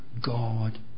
God